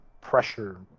pressure